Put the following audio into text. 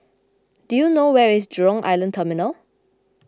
do you know where is Jurong Island Terminal